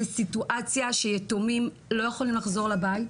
זו סיטואציה שיתומים לא יכולים לחזור לבית,